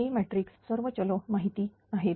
A matrix सर्व चल माहिती आहेत